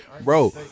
bro